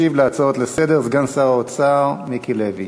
ישיב על ההצעות לסדר-היום סגן שר האוצר מיקי לוי.